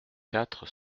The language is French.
quatre